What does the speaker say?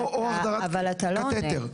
או החדרת קטטר.